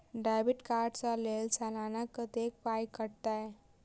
Debit card कऽ लेल सलाना कत्तेक पाई कटतै?